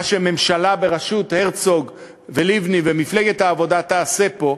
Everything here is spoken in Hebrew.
מה שממשלה בראשות הרצוג ולבני ומפלגת העבודה תעשה פה,